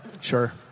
Sure